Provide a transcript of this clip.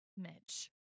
Mitch